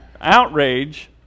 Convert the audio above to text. outrage